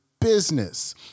business